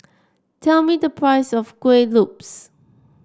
tell me the price of Kueh Lopes